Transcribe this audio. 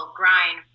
grind